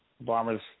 Bombers